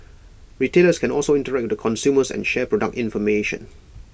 retailers can also interact the consumers and share product information